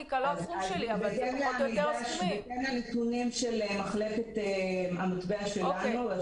אבל בהתאם לנתונים של מחלקת המטבע שלנו,